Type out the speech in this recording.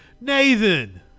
Nathan